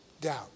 doubt